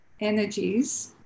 energies